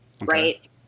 Right